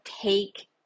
take